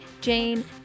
Jane